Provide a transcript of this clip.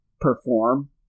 perform